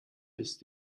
ist